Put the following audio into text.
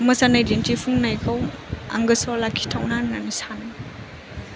मोसानाय दिन्थिफुंनायखौ आं गोसोआव लाखिथावना होननानै सानो